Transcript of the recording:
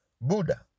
Buddha